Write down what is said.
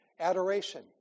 Adoration